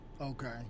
okay